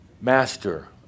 Master